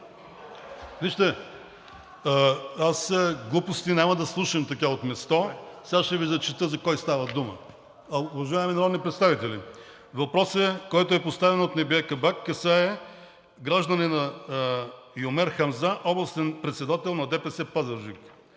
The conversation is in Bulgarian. Вижте, аз глупости няма да слушам така от място. Сега ще Ви прочета за кого става дума. Уважаеми народни представители, въпросът, който е поставен от Небие Кабак, касае гражданина Юмер Хамза, областен председател на ДПС – Пазарджик.